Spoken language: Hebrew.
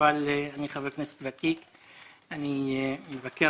הלאומי (תיקון מס' 210), נתקבלה.